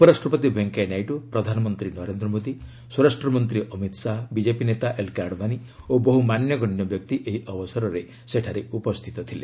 ଉପରାଷ୍ଟ୍ରପତି ଭେଙ୍କେୟା ନାଇଡୁ ପ୍ରଧାନମନ୍ତ୍ରୀ ନରେନ୍ଦ୍ର ମୋଦି ସ୍ୱରାଷ୍ଟମନ୍ତ୍ରୀ ଅମିତ ଶାହା ବିଜେପି ନେତା ଏଲ୍କେ ଆଡଭାନୀ ଓ ବହ୍ର ମାନ୍ୟଗଣ୍ୟ ବ୍ୟକ୍ତି ଏହି ଅବସରରେ ସେଠାରେ ଉପସ୍ଥିତ ଥିଲେ